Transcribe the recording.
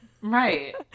Right